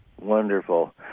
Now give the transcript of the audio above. Wonderful